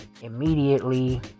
Immediately